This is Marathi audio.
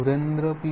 सुरेंद्र पी